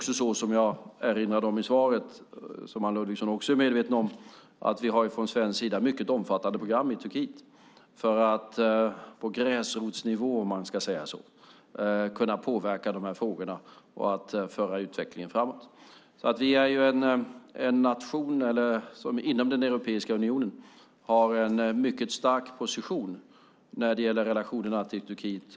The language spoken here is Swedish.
Som jag erinrade om i svaret, och som Anne Ludvigsson är medveten om, har vi från svensk sida ett mycket omfattande program i Turkiet för att på gräsrotsnivå kunna påverka dessa frågor och föra utvecklingen framåt. Vi är en nation som inom Europeiska unionen har en mycket stark position när det gäller relationerna till Turkiet.